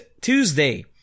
Tuesday